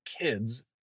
kids